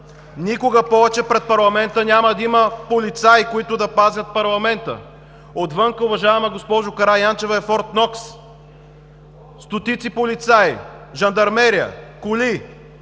никога повече пред парламента няма да има полицаи, които да го пазят! Отвън, уважаема госпожо Караянчева, е Форт Нокс – стотици полицаи, жандармерия, коли,